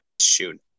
shoot